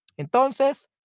Entonces